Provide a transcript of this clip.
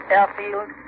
Airfield